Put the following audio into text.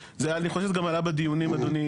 אני חושב שזה גם עלה בדיונים אדוני,